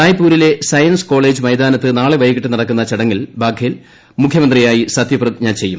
റായ്പൂരിലെ science college മൈതാനത്ത് നാളെ വൈകിട്ട് നടക്കുന്ന ചടങ്ങിൽ ബാഖേൽ മുഖ്യമന്ത്രിയായി സത്യപ്രതിജ്ഞ ചെയ്യും